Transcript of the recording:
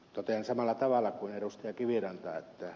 totean samalla tavalla kuin ed